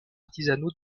artisanaux